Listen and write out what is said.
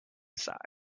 size